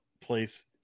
place